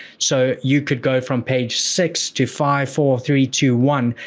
so, you could go from page six to five, four, three, two, one,